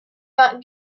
not